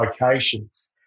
locations